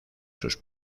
sus